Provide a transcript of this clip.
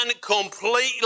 completely